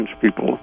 people